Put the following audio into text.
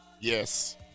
Yes